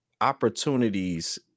opportunities